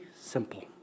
simple